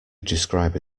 describe